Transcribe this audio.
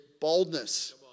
boldness